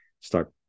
start